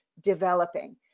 developing